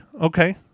okay